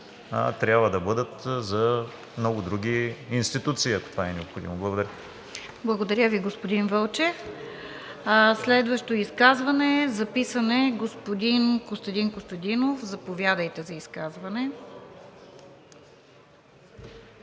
трябва да бъдат за много други институции, ако това е необходимо. Благодаря. ПРЕДСЕДАТЕЛ РОСИЦА КИРОВА: Благодаря Ви, господин Вълчев. Следващо изказване – записан е господин Костадин Костадинов. Заповядайте за изказване.